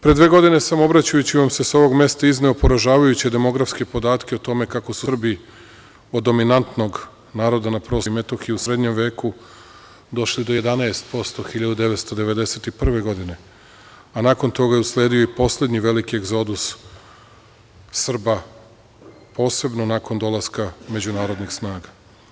Pre dve godine sam obraćajući vam se sa ovog mesta izneo poražavajuće demografske podatke o tome kako su Srbi od dominantnog naroda na prostoru Kosova i Metohije u srednjem veku došli do 11% 1991. godine, a nakon toga je usledio i poslednji veliki egzodus Srba, posebno nakon dolaska međunarodnih snaga.